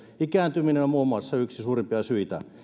ikääntyminen on yksi suurimpia syitä